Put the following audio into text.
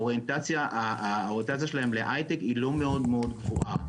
האוריינטציה שלהם להיי-טק היא לא מאוד גבוהה.